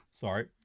Sorry